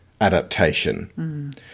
adaptation